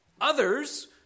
others